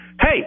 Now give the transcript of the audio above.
hey